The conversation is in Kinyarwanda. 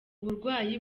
burwayi